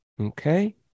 okay